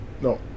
no